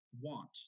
want